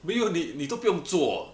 没有你你都不用做